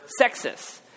sexist